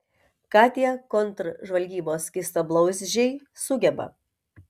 ką tie kontržvalgybos skystablauzdžiai sugeba